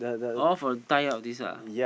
all for tie all this ah